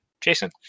jason